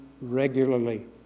regularly